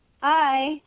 Hi